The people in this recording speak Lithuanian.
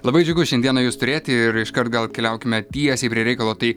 labai džiugu šiandieną jus turėti ir iškart gal keliaukime tiesiai prie reikalo tai